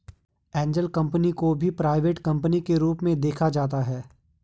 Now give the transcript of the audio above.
angel company को भी private company के रूप में देखा जाता है